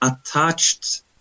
attached